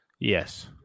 Yes